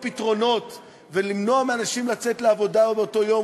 פתרונות ולמנוע מאנשים לצאת לעבודה באותו יום,